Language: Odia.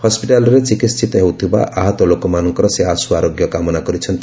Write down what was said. ହସ୍ୱିଟାଲରେ ଚିକିିିିିତ ହେଉଥିବା ଆହତ ଲୋକମାନଙ୍କର ସେ ଆଶୁ ଆରୋଗ୍ୟ କାମନା କରିଛନ୍ତି